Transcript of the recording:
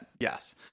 Yes